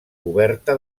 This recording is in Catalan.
coberta